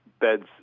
beds